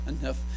enough